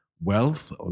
wealth